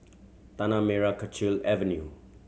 Tanah Merah Kechil Avenue